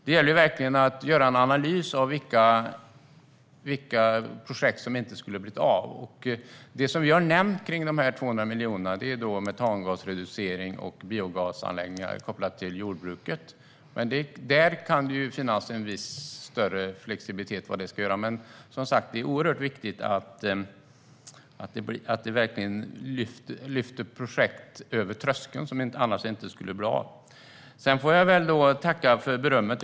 Det gäller att göra en analys av vilka projekt som inte skulle ha blivit av annars. Av de 200 miljonerna har vi nämnt metangasreducering och biogasanläggningar, kopplat till jordbruket. Där kan det finnas viss flexibilitet. Men det är som sagt viktigt att verkligen lyfta projekt, som annars inte skulle bli av, över tröskeln. Jag får väl tacka för berömmet.